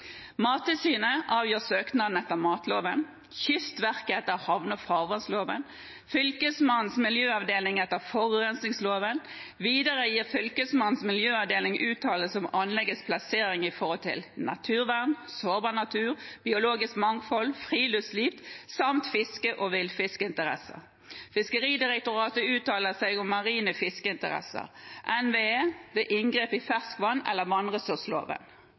Mattilsynet avgjør søknaden etter matloven, Kystverket etter havne- og farvannsloven og Fylkesmannens miljøavdeling etter forurensningsloven. Videre gir Fylkesmannens miljøavdeling uttalelse om anleggets plassering med hensyn til naturvern, sårbar natur, biologisk mangfold, friluftsliv samt fiske- og villfiskinteresser. Fiskeridirektoratet uttaler seg om marine fiskeinteresser og NVE ved inngrep i ferskvann etter vannressursloven.